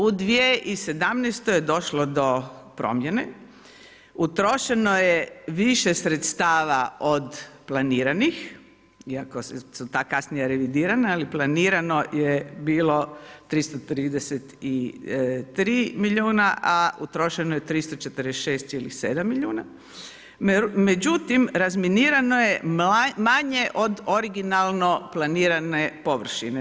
U 2017. je došlo do promjene, utrošeno je više sredstava od planirani iako su kasnije revidirana, ali planirano je bilo 333 milijuna, a utrošeno je 346,7 milijuna, međutim razminirano je manje od originalno planirane površine.